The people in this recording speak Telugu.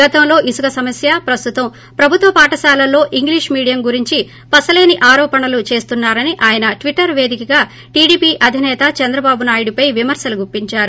గతంలో ఇసుక సమస్య ప్రస్తుతం ప్రభుత్వ పాఠశాలల్లో ఇంగ్లిష్ మీడియం గురించి పసలేని ఆరోపణలు చేస్తున్నారని ఆయన ట్సిటర్ పేదికగా టీడీపీ అధిసేత చంద్రబాబు నాయుడుపై విమర్శలు గుప్పించారు